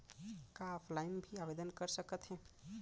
का ऑफलाइन भी आवदेन कर सकत हे?